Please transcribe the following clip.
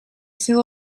seu